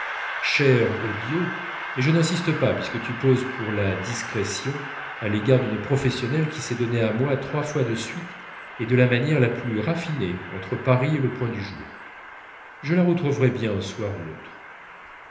cher aux dieux mais je n'insiste pas puisque tu poses pour la discrétion à l'égard d'une professionnelle qui s'est donnée à moi trois fois de suite et de la manière la plus raffinée entre paris et le point-du-jour je la retrouverai bien un soir ou l'autre